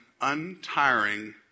untiring